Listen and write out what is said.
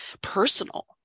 personal